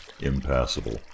impassable